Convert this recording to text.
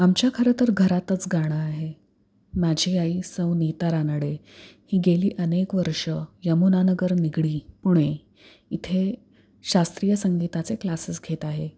आमच्या खरं तर घरातच गाणं आहे माझी आई सौ नीता रानडे ही गेली अनेक वर्षं यमुनानगर निगडी पुणे इथे शास्त्रीय संगीताचे क्लासेस घेत आहे